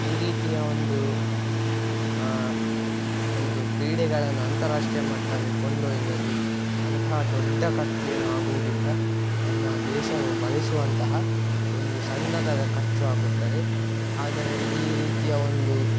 ಈ ರೀತಿಯ ಒಂದು ಒಂದು ಕ್ರೀಡೆಗಳನ್ನು ಅಂತರಾಷ್ಟ್ರೀಯ ಮಟ್ಟದಲ್ಲಿ ಕೊಂಡೊಯ್ಯುವಲ್ಲಿ ಅಂಥಾ ದೊಡ್ಡ ಖರ್ಚು ಏನು ಆಗುವುದಿಲ್ಲ ನಮ್ಮ ದೇಶವು ಭರಿಸುವಂತಹ ಒಂದು ಸಣ್ಣದಾದ ಖರ್ಚು ಆಗುತ್ತದೆ ಆದರೆ ಈ ರೀತಿಯ ಒಂದು